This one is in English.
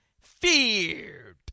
feared